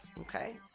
Okay